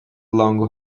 longo